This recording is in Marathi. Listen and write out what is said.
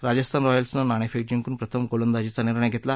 राजस्थान रॉयल्सनं नाणेफेक जिंकून प्रथम गोलंदाजीचा निर्णय घेतला